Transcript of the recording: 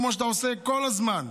כמו שאתה עושה כל הזמן,